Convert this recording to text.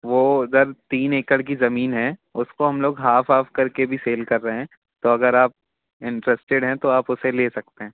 वो उधर तीन एकड़ की ज़मीन है उसको हम लोग हाफ़ हाफ़ कर के भी सेल कर रहे हैं तो अगर आप इंट्रस्टेड हैं तो आप उसे ले सकते हैं